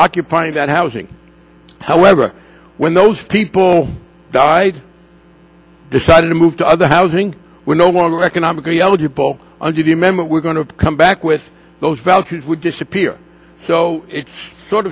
occupying that housing however when those people i decided to move to other housing we're no longer economically eligible under the amendment we're going to come back with those values would disappear so it's sort